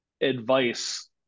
advice